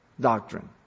doctrine